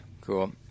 Cool